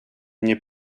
nie